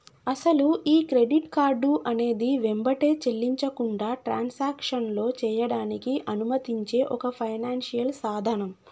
అసలు ఈ credit card అనేది వెంబటే చెల్లించకుండా ట్రాన్సాక్షన్లో చేయడానికి అనుమతించే ఒక ఫైనాన్షియల్ సాధనం